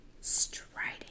striding